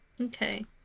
Okay